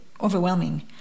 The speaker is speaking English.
overwhelming